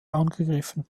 angegriffen